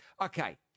Okay